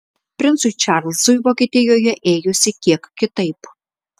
princui čarlzui vokietijoje ėjosi kiek kitaip